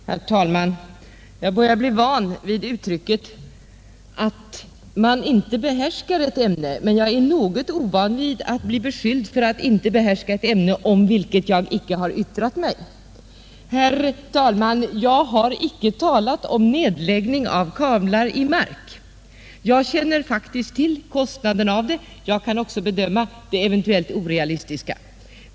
Herr talman! Jag börjar bli van vid uttrycket att man inte behärskar ett ämne, men jag är något ovan vid att bli beskylld för att inte behärska ett ämne om vilket jag icke har yttrat mig. Jag har icke talat om nedläggning av kablar i marken. Jag känner till kostnaderna och kan även bedöma att det också eventuellt är orealistiskt.